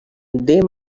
they